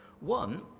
One